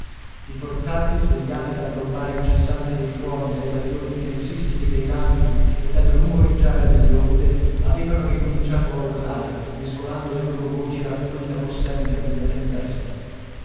i forzati svegliati dal rombare incessante dei tuoni dai bagliori intensissimi dei lampi e dal rumoreggiare delle onde avevano ricominciato a urlare mescolando le loro voci a quella possente della tempesta